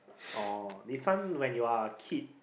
oh this one when you are kid